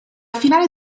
finale